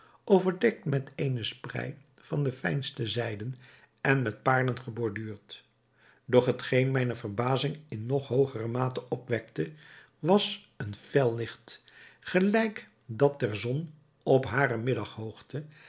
overdekt met eene sprei van de fijnste zijden en met paarlen geborduurd doch hetgeen mijne verbazing in nog hoogere mate opwekte was een fel licht gelijk dat der zon op hare